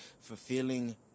fulfilling